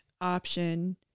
Option